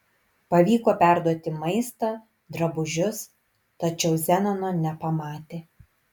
pavyko perduoti maistą drabužius tačiau zenono nepamatė